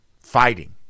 Fighting